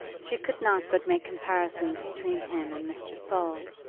she could not but make comparisons between him and mr. saul,